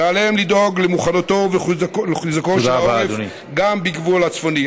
ועליהם לדאוג למוכנותו ולחיזוקו של העורף גם בגבול הצפוני.